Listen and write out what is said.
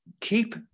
keep